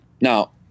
Now